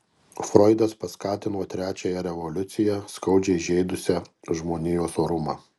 froidas paskatino trečiąją revoliuciją skaudžiai žeidusią žmonijos orumą